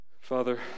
Father